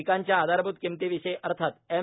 पिकांच्या आधारभूत किमतीविषयी अर्थात एम